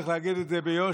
צריך להגיד את זה ביושר: